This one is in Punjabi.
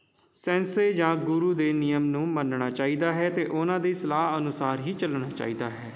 ਸੈਂਸੇ ਜਾਂ ਗੁਰੂ ਦੇ ਨਿਯਮ ਨੂੰ ਮੰਨਣਾ ਚਾਹੀਦਾ ਹੈ ਅਤੇ ਉਹਨਾਂ ਦੀ ਸਲਾਹ ਅਨੁਸਾਰ ਹੀ ਚੱਲਣਾ ਚਾਹੀਦਾ ਹੈ